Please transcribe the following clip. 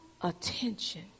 attention